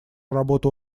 работу